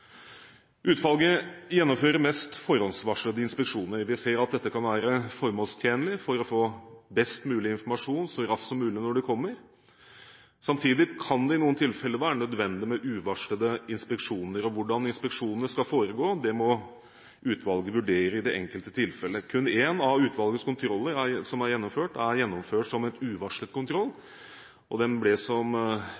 Utvalget gjennomfører mest forhåndsvarslede inspeksjoner. Vi ser at dette kan være formålstjenlig for å få best mulig informasjon så raskt som mulig når den kommer. Samtidig kan det i noen tilfeller være nødvendig med uvarslede inspeksjoner. Hvordan inspeksjonene skal foregå, må utvalget vurdere i det enkelte tilfellet. Kun én av utvalgets kontroller er gjennomført som en uvarslet kontroll.